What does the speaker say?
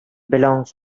belongs